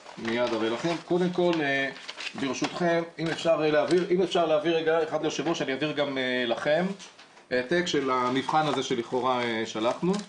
קודם כל ברשתכם אם אפשר להעביר רגע העתק של המבחן הזה שלכאורה שלחנו,